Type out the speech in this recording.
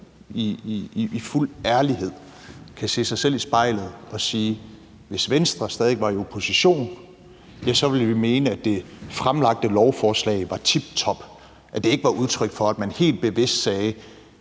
i fuld ærlighed, kan se sig selv i spejlet og sige: Hvis Venstre stadig væk var i opposition, ja, så ville vi mene, at det fremsatte lovforslag var tiptop – at det ikke var udtryk for, at man helt bevidst sagde,